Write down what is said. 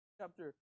chapter